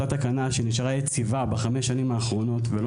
אותה תקנה שנשארה יציבה בחמש השנים האחרונות ולא